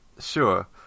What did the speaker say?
Sure